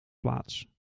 plaats